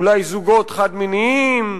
אולי זוגות חד-מיניים,